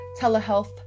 telehealth